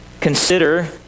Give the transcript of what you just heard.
consider